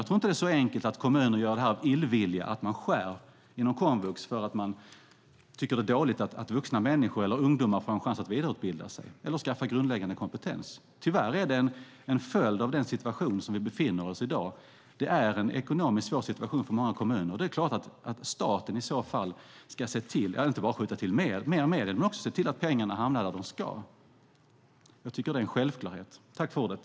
Jag tror inte att det är så enkelt att kommuner av illvilja skär inom komvux därför att man tycker att det är dåligt att vuxna människor eller ungdomar får en chans att vidareutbilda sig eller skaffa en grundläggande kompetens. Tyvärr är det en följd av den situation som vi befinner oss i dag. Det är en ekonomiskt svår situation för många kommuner. Det är klart att staten inte bara ska skjuta till medel utan också se till att pengarna hamnar där de ska. Jag tycker att det är en självklarhet.